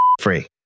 free